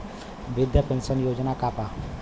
वृद्ध पेंशन योजना का बा?